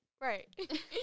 Right